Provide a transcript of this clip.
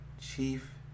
chief